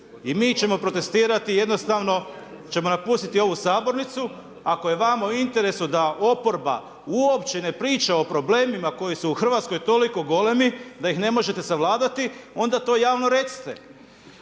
I mi ćemo protestirati, jednostavno ćemo napustiti ovu sabornicu. Ako je vama u interesu da oporba uopće ne priča o problemima koji su u Hrvatskoj toliko golemi da ih ne možete savladati onda to javno recite.